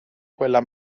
quella